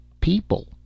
people